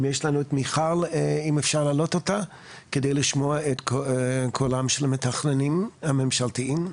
אם אפשר להעלות אותה כדי לשמוע את קולם של המתכננים הממשלתיים.